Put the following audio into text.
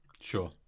Sure